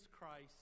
Christ